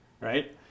right